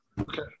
Okay